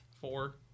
Four